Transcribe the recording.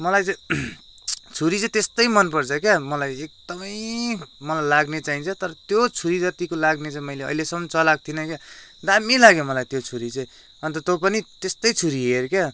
मलाई चाहिँ छुरी चाहिँ त्यस्तै मन पर्छ क्या मलाई एक्दमै मलाई लाग्ने चाहिन्छ तर त्यो छुरी जत्तिको लाग्ने चाहिँ मैले अहिलेसम्म चलाएको थिइनँ क्या दामी लाग्यो मलाई त्यो छुरी चाहिँ अन्त तँ पनि त्यस्तै छुरि हेर क्या